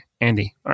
Andy